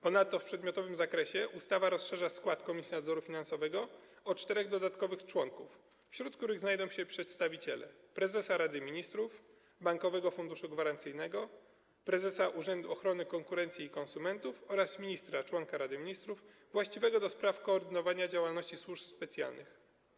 Ponadto w przedmiotowym zakresie ustawa rozszerza skład Komisji Nadzoru Finansowego o czterech dodatkowych członków, wśród których znajdą się przedstawiciele prezesa Rady Ministrów, Bankowego Funduszu Gwarancyjnego, prezesa Urzędu Ochrony Konkurencji i Konsumentów oraz ministra - członka Rady Ministrów właściwego do spraw koordynowania działalności służb specjalnych.